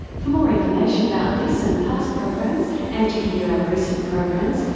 for more information about this and past programs, and to hear our recent programs,